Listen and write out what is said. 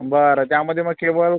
बरं त्यामध्ये मग केबल